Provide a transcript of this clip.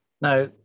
Now